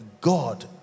God